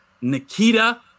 Nikita